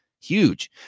Huge